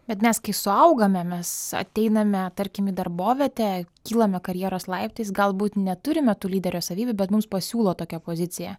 bet mes kai suaugame mes ateiname tarkim į darbovietę kylame karjeros laiptais galbūt neturime tų lyderio savybių bet mums pasiūlo tokią poziciją